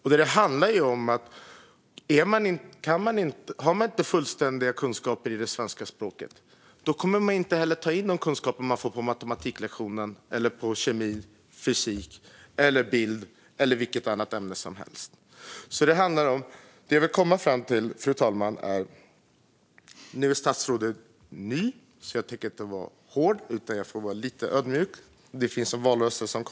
Har man inte fullständiga kunskaper i det svenska språket kommer man inte heller att ta in de kunskaper man kan få på matematiklektionerna, på kemin, på fysiken, på bildlektionerna eller i vilket annat ämne som helst. Statsrådet är ny, så jag tänker inte vara hård. Jag får vara lite ödmjuk, och det kommer en valrörelse.